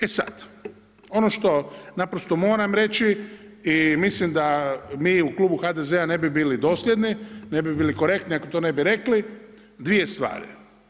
E sad, ono što naprosto moram reći i mislim da mi u Klubu HDZ-a ne bi bili dosljedni, ne bi bili korektni ako to ne bi rekli, dvije stvari.